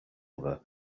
other